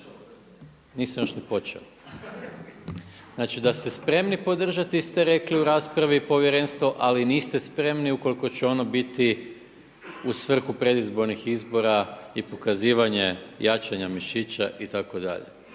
nisam još ni počeo, znači da ste spremni podržati ste rekli u raspravi povjerenstvo, ali niste spremni ukoliko će ono biti u svrhu predizbornih izbora i pokazivanje jačanja mišića itd.